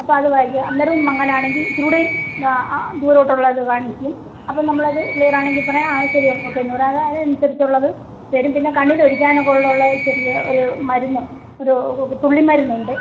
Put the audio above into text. അപ്പം അത് വായിക്കുക അന്നേരവും മങ്ങലാണെങ്കിൽ ഇച്ചിരി കൂടെയും ദൂരോട്ടുള്ള ഇത് കാണിക്കും അപ്പം നമ്മൾ അത് ക്ലിയർ ആണെങ്കിൽ പറയും അത് ശരി ഒക്കേ എന്ന് പറയും അത് അതിന് അനുസരിച്ചുള്ളത് തരും പിന്നെ കണ്ണിന് ഒഴിക്കാനൊക്കെയുള്ള ഉള്ള ചെറിയ ഒരു മരുന്ന് അത് തുള്ളി മരുന്നുണ്ട്